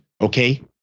okay